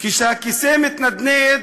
כשהכיסא מתנדנד,